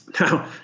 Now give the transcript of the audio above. Now